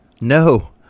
No